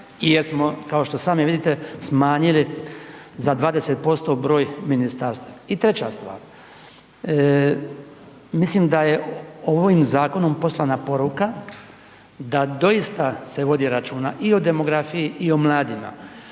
jer smo kao što i sami vidite, smanjili za 20% broj ministarstava. I treća stvar, mislim da je ovim zakonom poslana poruka da doista se vodi računa i o demografiji i o mladima.